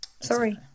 Sorry